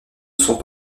sont